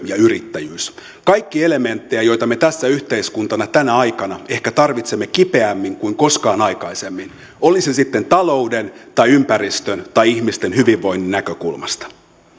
ja yrittäjyys kaikki elementtejä joita me tässä yhteiskuntana tänä aikana ehkä tarvitsemme kipeämmin kuin koskaan aikaisemmin oli se sitten talouden tai ympäristön tai ihmisten hyvinvoinnin näkökulmasta